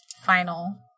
final